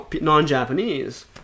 non-Japanese